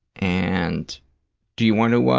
and do you want to